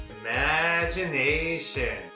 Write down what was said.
Imagination